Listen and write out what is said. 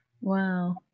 Wow